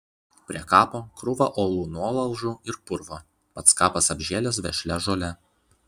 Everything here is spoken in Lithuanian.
prie kapo krūva uolų nuolaužų ir purvo pats kapas apžėlęs vešlia žole